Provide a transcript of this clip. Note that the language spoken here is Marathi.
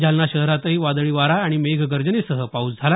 जालना शहरातही वादळी वारा आणि मेघगर्जनेसह पाऊस झाला